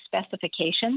specifications